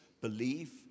Believe